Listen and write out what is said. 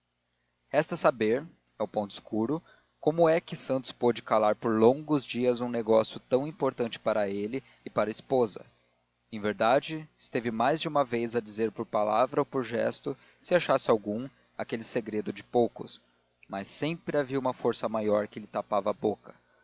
o ponto escuro como é que santos pôde calar por longos dias um negócio tão importante para ele e para a esposa em verdade esteve mais de uma vez a dizer por palavra ou por gesto se achasse algum aquele segredo de poucos mas sempre havia uma força maior que lhe tapava a boca